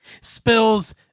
spills